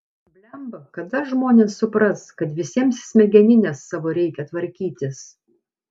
blemba kada žmonės supras kad visiems smegenines savo reikia tvarkytis